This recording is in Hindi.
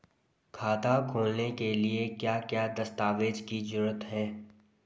खाता खोलने के लिए क्या क्या दस्तावेज़ की जरूरत है?